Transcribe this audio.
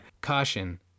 caution